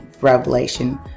revelation